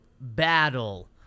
battle